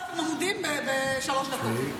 10,000 עמודים בשלוש דקות.